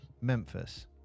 Memphis